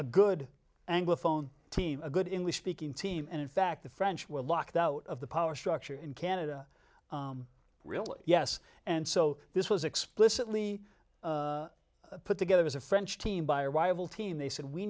a good angle phone team a good english speaking team and in fact the french were locked out of the power structure in canada really yes and so this was explicitly put together as a french team by a rival team they said we